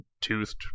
toothed